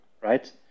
right